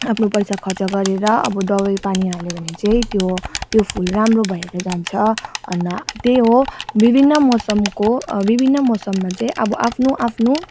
आफ्नो पैसा खर्च गरेर अब दबाई पानी हाल्यो भने चाहिँ त्यो त्यो फुल राम्रो भएर जान्छ अन्त त्यहीँ हो विभिन्न मौसमको विभिन्न मौसममा चाहिँ अब आफ्नो आफ्नो